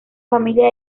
familia